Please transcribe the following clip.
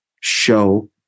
show